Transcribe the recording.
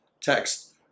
text